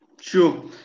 Sure